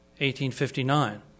1859